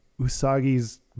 Usagi's